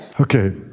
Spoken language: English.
Okay